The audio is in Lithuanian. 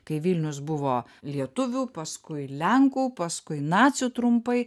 kai vilnius buvo lietuvių paskui lenkų paskui nacių trumpai